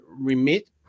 remit